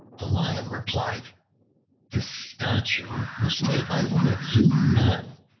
the lion replied this statue was made by one of you men.